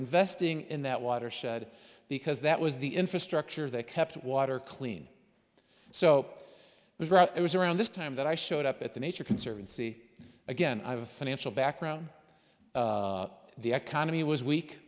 investing in that watershed because that was the infrastructure that kept water clean so we brought it was around this time that i showed up at the nature conservancy again i have a financial background the economy was we